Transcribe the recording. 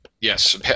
yes